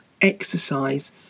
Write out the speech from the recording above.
exercise